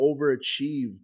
overachieved